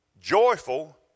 joyful